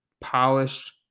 polished